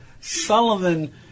Sullivan